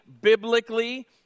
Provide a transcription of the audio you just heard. biblically